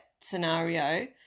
scenario